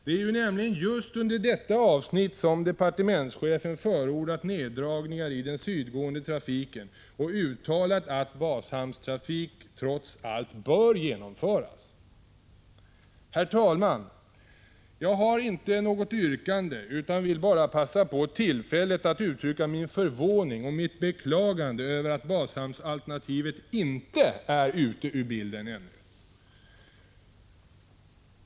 Det är nämligen just under detta avsnitt som departementschefen förordat neddragningar i den sydgående trafiken och uttalat att bashamnstrafik trots allt bör genomföras. Herr talman! Jag har inte något yrkande, utan vill bara passa på tillfället att uttrycka min förvåning och mitt beklagande över att bashamnsalternativet inte är ute ur bilden ännu.